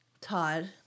todd